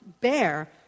bear